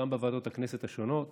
גם בוועדות הכנסת השונות